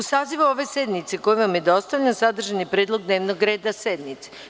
U sazivu ove sednice koji vam je dostavljen sadržan je predlog dnevnog reda sednice.